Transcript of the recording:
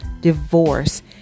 divorce